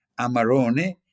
Amarone